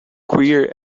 queer